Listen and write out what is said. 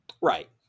Right